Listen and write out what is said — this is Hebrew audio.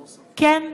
כן.